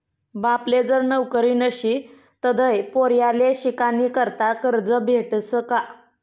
बापले जर नवकरी नशी तधय पोर्याले शिकानीकरता करजं भेटस का?